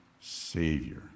Savior